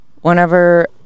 whenever